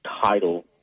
title